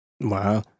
Wow